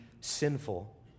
sinful